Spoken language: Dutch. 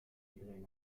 iedereen